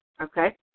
okay